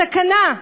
בסכנה.